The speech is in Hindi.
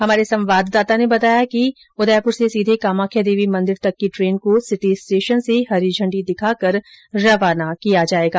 हमारे संवाददाता ने बताया कि उदयपुर से सीधे कामाख्या देवी मंदिर तक की ट्रेन को सिटी स्टेशन से हरी झंडी दिखाकर रवाना किया जाएगा